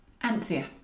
Anthea